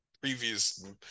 previous